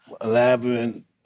elaborate